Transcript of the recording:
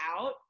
out